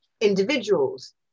individuals